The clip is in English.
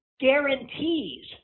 guarantees